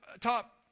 top